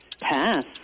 Pass